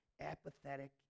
apathetic